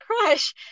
crush